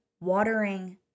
watering